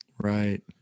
Right